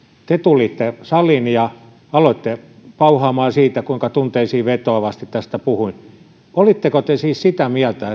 te tulitte saliin ja aloitte pauhaamaan siitä kuinka tunteisiin vetoavasti tästä puhuin olitteko te siis sitä mieltä